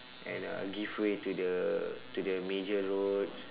and uh give way to the to the major roads